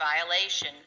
violation